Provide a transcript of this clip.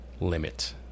limit